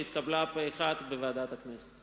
שהתקבלה פה-אחד בוועדת הכנסת.